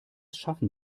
schaffen